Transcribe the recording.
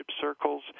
circles